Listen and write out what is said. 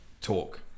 talk